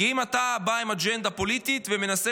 כי אם אתה בא עם אג'נדה פוליטית ומנסה